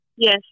Yes